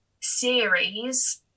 series